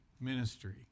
ministry